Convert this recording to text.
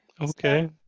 Okay